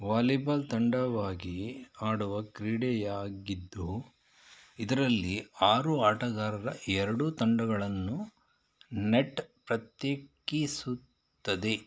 volleyball ತಂಡವಾಗಿ ಆಡುವ ಕ್ರೀಡೆಯಾಗಿದ್ದು ಇದರಲ್ಲಿ ಆರು ಆಟಗಾರರ ಎರಡು ತಂಡಗಳನ್ನು ನೆಟ್ ಪ್ರತ್ಯೇಕಿಸುತ್ತದೆ